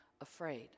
afraid